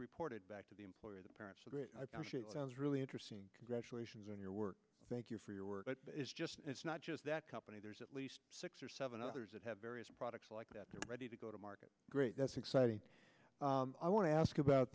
reported back to the employer the parent was really interesting congratulations on your work thank you for your work but it's just it's not just that company there's at least six or seven others that have various products like that they're ready to go to market great that's exciting i want to ask about